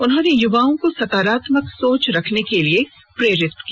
उन्होंने युवाओं को सकारात्मक सोच रखने के लिए प्रेरित किया